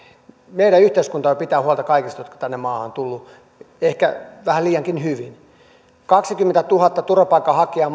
meidän yhteiskuntamme pitää huolta kaikista jotka tänne maahan ovat tulleet ehkä vähän liiankin hyvin kaksikymmentätuhatta turvapaikanhakijaa